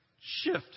shift